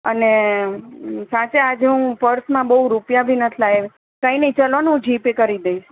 અને સાચે આજે હું પર્સમાં બઉ રૂપિયા બી નથી લાવી કાંઇ નહીં ચાલો ને હું જી પે કરી દઇશ